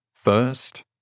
First